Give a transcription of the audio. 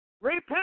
repent